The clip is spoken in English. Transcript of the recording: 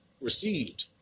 received